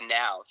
now